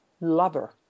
lover